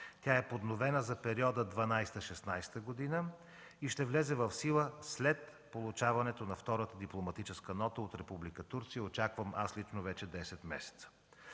Тя е подновена за периода 2012-2016 г. и ще влезе в сила след получаването на втората дипломатическа нота от Република Турция. Очаквам, аз лично, вече десет месеца.